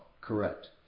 Correct